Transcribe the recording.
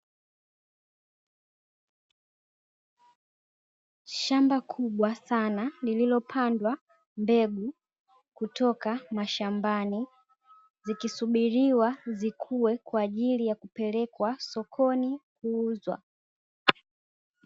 Shamba kubwa sana lililopandwa mbegu kutoka mashambani, zikisubiriwa zikue kwa ajili ya kupelekwa sokoni kuuzwa.